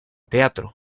teatro